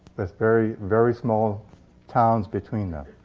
with very very small towns between them.